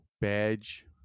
badge